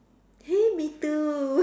hey me too